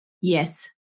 Yes